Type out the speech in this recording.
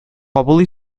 кабул